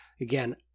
Again